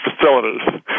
facilities